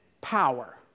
power